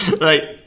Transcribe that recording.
right